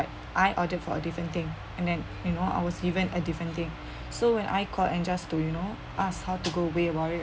I ordered for a different thing and then you know I was given a different thing so when I call and just to you know ask how to go away about it